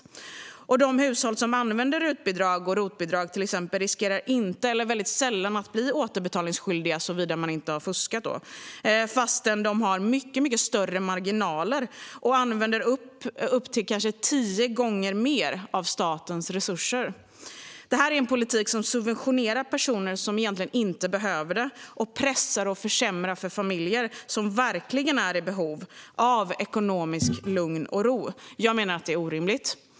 Dessutom riskerar de hushåll som använder till exempel RUT och ROT-bidrag väldigt sällan att bli återbetalningsskyldiga, såvida de inte har fuskat, fastän de har mycket större marginaler och använder upp till kanske tio gånger mer av statens resurser. Det här är en politik som subventionerar personer som egentligen inte behöver det och pressar och försämrar för familjer som verkligen är i behov av ekonomisk lugn och ro. Jag menar att det är orimligt.